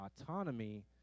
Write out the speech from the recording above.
autonomy